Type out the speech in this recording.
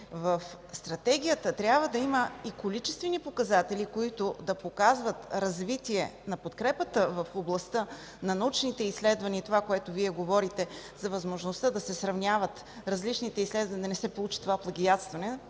в Стратегията трябва да има и количествени показатели, които да показват развитие на подкрепата в областта на научните изследвания и това, което Вие говорите, за възможността да се сравняват различните изследвания и да не се получава това плагиатстване,